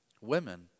women